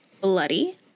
bloody